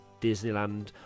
Disneyland